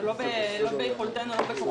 זה לא ביכולתנו ולא בכוחנו.